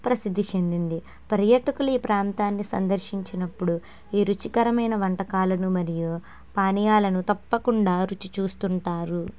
ప్రసిద్ధి చెందింది పర్యాటకులు ఈ ప్రాంతాన్ని సందర్శించినప్పుడు ఈ రుచికరమైన వంటకాలను మరియు పానీయాలను తప్పకుండా రుచి చూస్తుంటారు